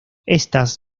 estas